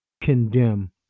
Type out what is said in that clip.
condemn